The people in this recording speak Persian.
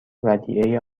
ودیعه